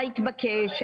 מה התבקש,